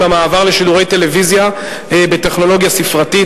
המעבר לשידורי טלוויזיה בטכנולוגיה ספרתית,